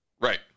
right